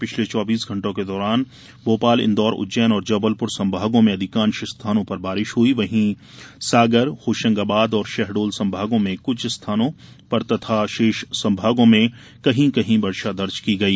पिछले चौबीस घंटों के दौरान भोपाल इंदौर उज्जैन और जबलपुर संभागों में अधिकांश स्थानों पर बारिश हुई वहीं सागर होशंगाबाद और शहडोल संभागों में कुछ स्थानों पर तथा शेष संभागों में कहीं कहीं वर्षा दर्ज की गई